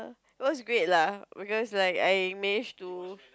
was great lah because like I managed to